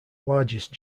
largest